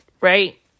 right